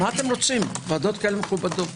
ועדות כאלה מכובדות.